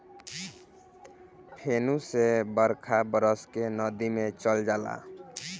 फेनू से बरखा बरस के नदी मे चल जाला